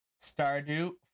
Stardew